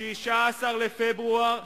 16 בפברואר.